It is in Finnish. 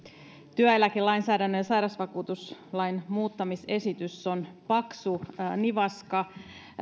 työeläkelainsäädännön ja sairausvakuutuslain muuttamisesitys on paksu nivaska